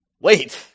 Wait